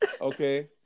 Okay